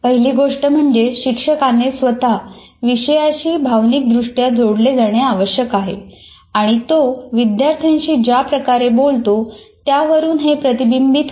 पहिली गोष्ट म्हणजे शिक्षकाने स्वतः विषयाशी भावनिकदृष्ट्या जोडले जाणे आवश्यक आहे आणि तो विद्यार्थ्यांशी ज्या प्रकारे बोलतो त्यावरून हे प्रतिबिंबित होते